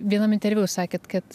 vienam interviu sakėt kad